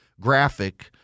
graphic